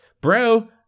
bro